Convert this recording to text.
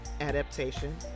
adaptation